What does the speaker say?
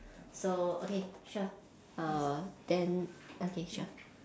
so okay sure err then okay sure